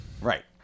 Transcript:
Right